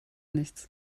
nichts